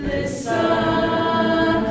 Listen